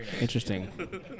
Interesting